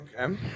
Okay